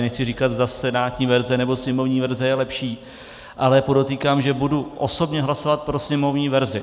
Nechci tady říkat, zda senátní verze, nebo sněmovní verze je lepší, ale podotýkám, že budu osobně hlasovat pro sněmovní verzi.